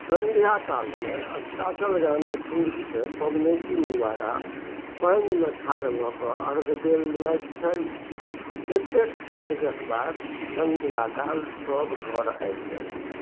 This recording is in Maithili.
सँध्याकालमे अस्ताचलगामी सूर्यके पबनैतिन द्वारा पानिमे ठाढ़ भऽ कऽ अर्घ देल जाइ छनि एतेक कार्यके बाद सँध्याकाल सब घर आबि जाइत छथि